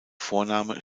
vorname